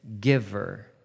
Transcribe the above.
giver